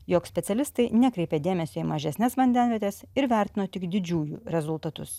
jog specialistai nekreipė dėmesio į mažesnes vandenvietes ir vertino tik didžiųjų rezultatus